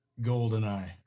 Goldeneye